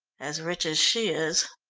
as rich as she is.